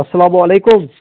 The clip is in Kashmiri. اسلام علیکُم